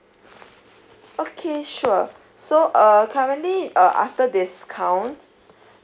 okay sure so uh currently uh after discount